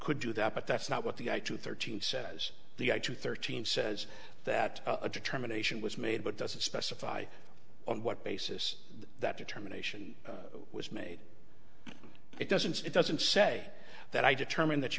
could do that but that's not what the i two thirty says the eye to thirteen says that a determination was made but doesn't specify on what basis that determination was made it doesn't it doesn't say that i determined that she